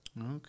okay